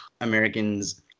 Americans